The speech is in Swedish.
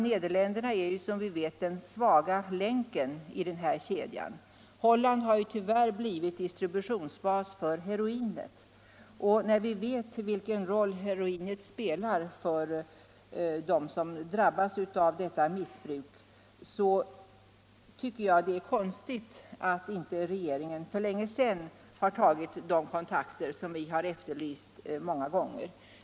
Nederländerna är som bekant den svaga länken i kontrollkedjan. Holland har tyvärr blivit distributionsbas för heroinet. När vi vet vilken roll heroinet spelar för den som drabbas av detta missbruk tycker jag att det är konstigt att inte regeringen för länge sedan har tagit de kontakter som vi har efterlyst många gånger.